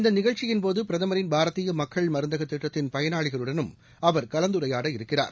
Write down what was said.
இந்தநிகழ்ச்சியின் போதுபிரதமின் பாரதீயமக்கள் மருந்தகதிட்டத்தின் பயனாளிகளுடனும் அவர் கலந்துரையாடவிருக்கிறார்